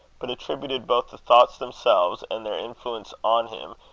but attributed both the thoughts themselves and their influence on him,